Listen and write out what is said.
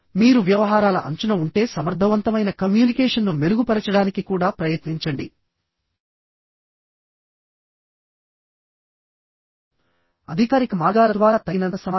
మీరు వ్యవహారాల అంచున ఉంటే సమర్థవంతమైన కమ్యూనికేషన్ను మెరుగుపరచడానికి కూడా ప్రయత్నించండి అధికారిక మార్గాల ద్వారా తగినంత సమాచారం